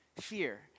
fear